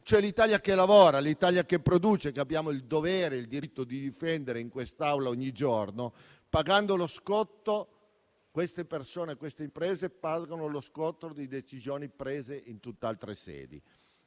cioè l'Italia che lavora, l'Italia che produce, che abbiamo il dovere e il diritto di difendere in quest'Aula ogni giorno. Queste persone e queste imprese pagano lo scotto di decisioni prese in tutt'altre sedi.